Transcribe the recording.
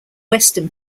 western